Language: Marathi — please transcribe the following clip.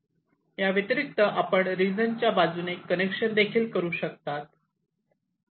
याव्यतिरिक्त आपण रीजन च्या बाजूने कनेक्शन देखील करू शकतात